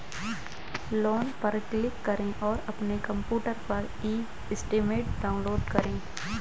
loan पर click करें और अपने कंप्यूटर पर ई स्टेटमेंट डाउनलोड करें